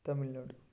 Tamil Nadu